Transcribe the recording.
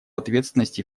ответственности